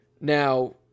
Now